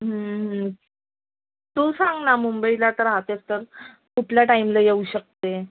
तू सांग ना मुंबईला आता राहतेस तर कुठल्या टाईमला येऊ शकते